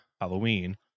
Halloween